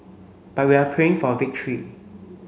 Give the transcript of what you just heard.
but we are praying for victory